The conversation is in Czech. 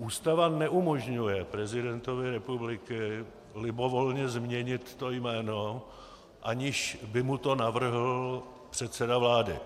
Ústava neumožňuje prezidentovi republiky libovolně změnit to jméno, aniž by mu to navrhl předseda vlády.